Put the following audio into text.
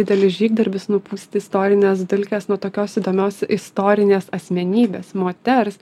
didelis žygdarbis nupūsti istorines dulkes nuo tokios įdomios istorinės asmenybės moters